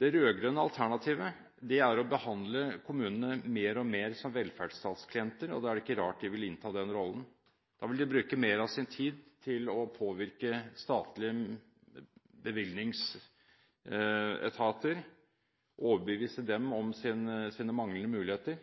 Det rød-grønne alternativet er å behandle kommunene mer og mer som velferdsstatsklienter, og da er det ikke rart de vil innta den rollen. Da vil de bruke mer av sin tid til å påvirke statlige bevilgningsetater og overbevise dem om sine manglende muligheter,